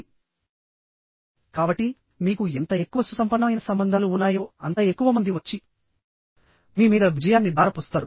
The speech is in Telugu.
కాబట్టి మీకు ఎంత ఎక్కువ సుసంపన్నమైన సంబంధాలు ఉన్నాయో అంత ఎక్కువ మంది వచ్చి మీ మీద విజయాన్ని దార పోస్తారు